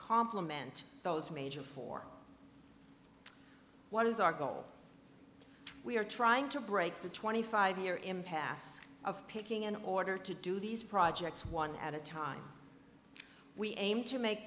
compliment those major for what is our goal we are trying to break the twenty five year impasse of picking an order to do these projects one at a time we aim to make